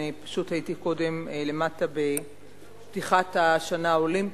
פשוט הייתי קודם בפתיחת השנה האולימפית,